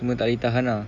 semua tak boleh tahan ah